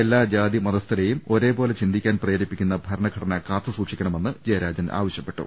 എല്ലാ ജാതിമതസ്ഥരേയും ഒരേ പോലെ ചിന്തിയ്ക്കാൻ പ്രേരിപ്പിക്കുന്ന ഭരണഘടന കാത്തു സൂക്ഷിക്കണമെന്ന് ജയരാജൻ ആവശ്യപ്പെട്ടു